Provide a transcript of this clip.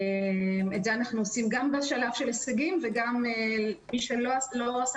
את זה אנחנו עושים גם בשלב של הישגים ומי שלא עשה